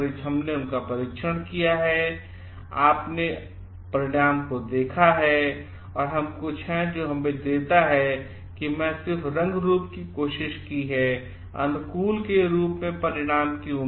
हम उनके लिए परीक्षण किया है और आप परिणाम को देखा है या हम कुछ है जो हमें देता है में सिर्फ रंग रूप की कोशिश की है हैअनुकूलके रूप में परिणामकी उम्मीद